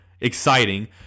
exciting